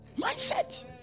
mindset